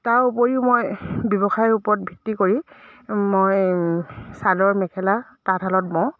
তাৰ উপৰিও মই ব্যৱসায়ৰ ওপৰত ভিত্তি কৰি মই চাদৰ মেখেলা তাঁতশালত বওঁ